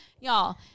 y'all